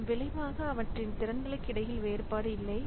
இதன் விளைவாக அவற்றின் திறன்களுக்கு இடையில் வேறுபாடு இல்லை